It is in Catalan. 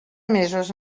mesos